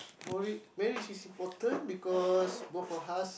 married marriage is important because both of us